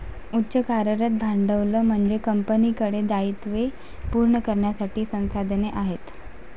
उच्च कार्यरत भांडवल म्हणजे कंपनीकडे दायित्वे पूर्ण करण्यासाठी संसाधने आहेत